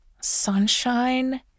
sunshine